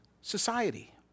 society